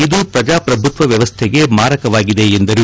ಇದು ಪ್ರಜಾಪ್ರಭುತ್ವ ವ್ಯವಸ್ಥೆಗೆ ಮಾರಕವಾಗಿದೆ ಎಂದರು